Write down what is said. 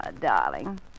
Darling